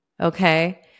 Okay